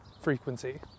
frequency